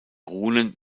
runen